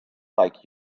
like